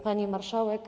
Pani Marszałek!